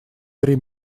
три